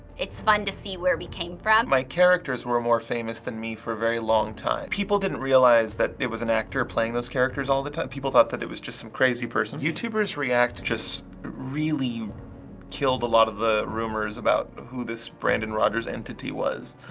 it's fun to see where we came from. my characters were more famous than me for a long time. people didn't realize that it was an actor playing those characters all the people thought that it was just some crazy person. youtubers react just really killed a lot of the rumors about who this this brandon rogers entity was.